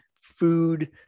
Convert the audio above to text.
food